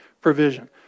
provision